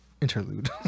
interlude